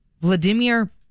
Vladimir